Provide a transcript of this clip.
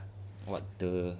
what the